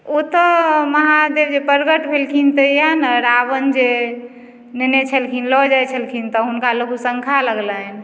ओतऽ महादेव जे प्रकट भेलखिन तहिया ने रावण जे नेने छलखिन लअ जाइ छलखिन तऽ हुनका लघुशङ्का लगलनि